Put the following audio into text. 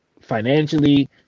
financially